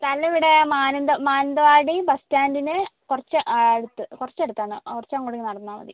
സ്ഥലം ഇവിടെ മാനന്ത മാനന്തവാടി ബസ് സ്റ്റാൻഡിന് കുറച്ച് അടുത്ത് കുറച്ച് അടുത്താണ് കുറച്ച് അങ്ങോട്ടേക്ക് നടന്നാൽ മതി